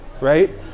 right